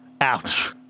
Ouch